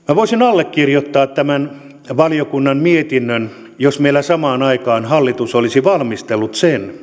minä voisin allekirjoittaa tämän valiokunnan mietinnön jos meillä samaan aikaan hallitus olisi valmistellut